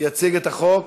יציג את החוק